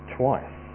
twice